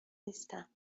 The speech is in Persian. نیستم